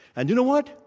and you know what?